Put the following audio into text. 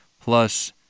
plus